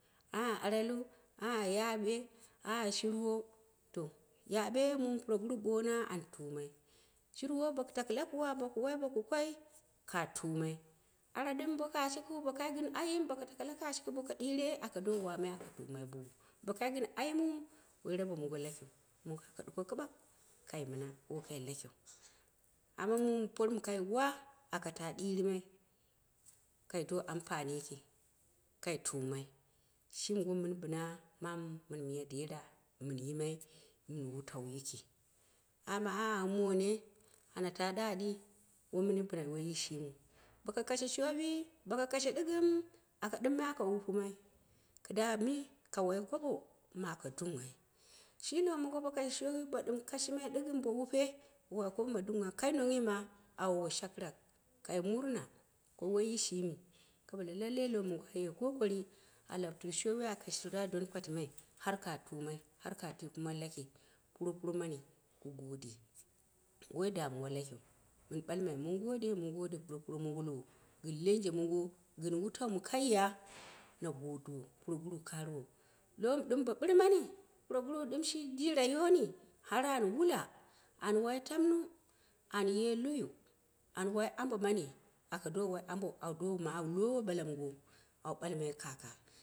Angha ara luu, angha yaɓe, angha shirwo. To yaɓe mum purguru shi bon a'an tumai, shirwo boku taku lapuwa boku koi ka tumai, ara ɗɨm bo kashuke bo kaa gɨn ayim boku taku bo kashuka, bo ka ɗiure aka do wamai aku wamai bowo. Bo wai kai gɨn ayimma, woi rabo mongoo lakiu, aka ɗuko kɨɓak kai mɨna wokai lakiu amma mum porɨm kai we aka te ɗɨurɨmai, kai do ampani yiki. Kai tumai shimi won mɨn bina mamu miya dera, min yimai mɨn wutau yiki. Amma moone ana ta daaɗi wi min bɨna woyi shimiu. Bo ka kashe shooɓi, bo ka kashi ɗɨgɨm aka ɗɨmmai aka wupɨmai, kɨda dii ka wai kobo mɨ aka dunghai shi lowo mongo bo kashe showi ɗɨgɨm bo wupe bo wai kubo ma dungha, kai nongnghi ma awowo shakɨrak, kai muno ko wyi shimi, kai ɓale lallai lowo mongo a ye kokari a labtuu shoowi a dooni pati mai har har ka tumai, har kaa tui kumat laki puropuro mani ku doge. Woi damuwa lakiu, aku ɓalmai, mun gode mun gode puropuro mani lowo gɨn lenje mongo gɨ wutau mɨ kai ya na gudi low mɨ ɗɨm ɓɨrmani puroguro shi dira yoni, har an wula an wai tamno an ye loyo, an wai ambo mani aka do wai ambo, awu dooma awu lowe ɓala mongo awu ɓalmai, kaka.